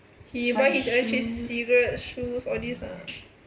he buy his electric cigarette shoes all these ah